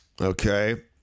Okay